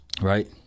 right